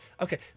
Okay